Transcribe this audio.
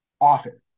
often